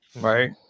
Right